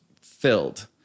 filled